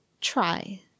try